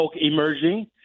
emerging